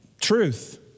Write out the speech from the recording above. Truth